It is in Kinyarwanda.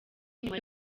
nyuma